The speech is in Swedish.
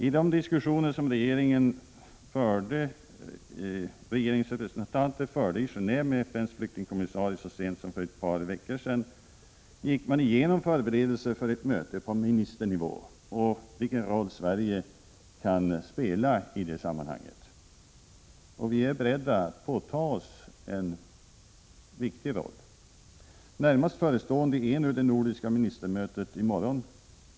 I de diskussioner som regeringens representanter förde i Genéve med FN:s flyktingkommissarie så sent som för ett par veckor sedan gick man igenom förberedelser för ett möte på ministernivå och vilken roll Sverige kan spela i detta sammanhang. Vi är beredda att påta oss en framträdande roll. Närmast förestående är det nordiska ministermötet i morgon.